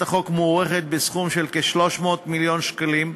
החוק מוערכת בסכום של 300 מיליון שקלים,